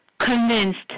convinced